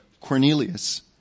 Cornelius